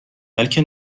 بلکه